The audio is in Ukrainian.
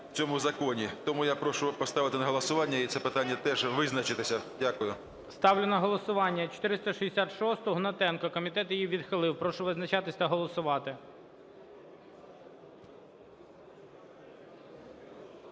в цьому законі. Тому я прошу поставити на голосування і це питання теж визначитися. Дякую. ГОЛОВУЮЧИЙ. Ставлю на голосування 466-у, Гнатенко. Комітет її відхилив. Прошу визначатися та голосувати.